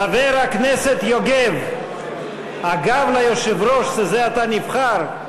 חבר הכנסת יוגב, הגב ליושב-ראש שזה עתה נבחר?